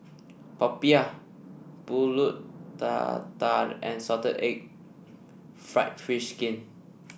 popiah pulut tatal and Salted Egg fried fish skin